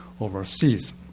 overseas